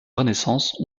renaissance